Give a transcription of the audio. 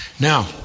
Now